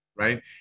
right